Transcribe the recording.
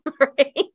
right